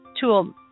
tool